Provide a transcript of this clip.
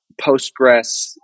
Postgres